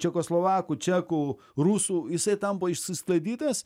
čekoslovakų čekų rusų jisai tampa is išsklaidytas